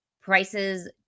prices